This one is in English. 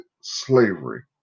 slavery